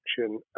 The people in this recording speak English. action